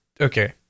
okay